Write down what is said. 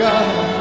God